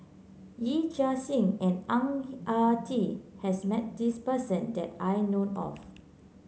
Yee Chia Hsing and Ang Ah Tee has met this person that I know of